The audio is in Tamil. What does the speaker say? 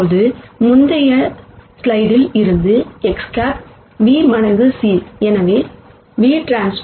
இப்போது முந்தைய ஸ்லைடில் இருந்து X̂ v மடங்கு c